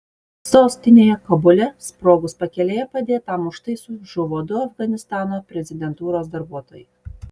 sostinėje kabule sprogus pakelėje padėtam užtaisui žuvo du afganistano prezidentūros darbuotojai